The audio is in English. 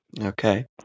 Okay